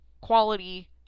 quality